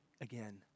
again